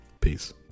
Peace